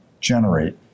generate